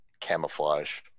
camouflage